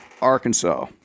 Arkansas